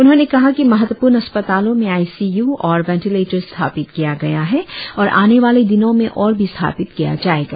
उन्होंने कहा कि महत्वपूर्ण अस्पतालों में आई सी यू और वेनटिलेटर्स स्थापित किया गया है और आने वाले दिनों में ओर भी स्थापित किया जाएगा